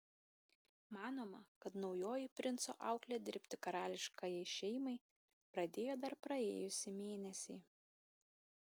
manoma kad naujoji princo auklė dirbti karališkajai šeimai pradėjo dar praėjusį mėnesį